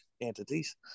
entities